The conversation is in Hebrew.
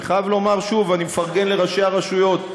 אני חייב לומר שוב, אני מפרגן לראשי הרשויות.